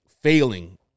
failing